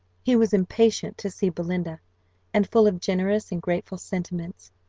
he was impatient to see belinda and, full of generous and grateful sentiments,